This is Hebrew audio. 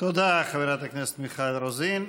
תודה, חברת הכנסת מיכל רוזין.